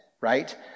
right